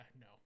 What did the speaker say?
No